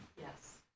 Yes